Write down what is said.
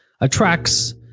attracts